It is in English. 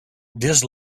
this